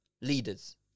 leaders